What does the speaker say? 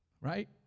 right